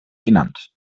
genannt